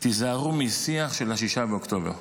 תיזהרו משיח של 6 באוקטובר.